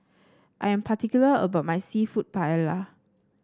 I am particular about my seafood Paella